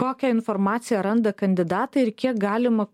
kokią informaciją randa kandidatai ir kiek galima